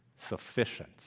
Sufficient